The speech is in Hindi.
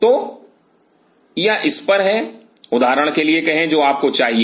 तो यह इस पर है उदाहरण के लिए कहें जो आपको चाहिए